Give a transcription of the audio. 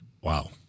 Wow